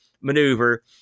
maneuver